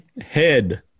Head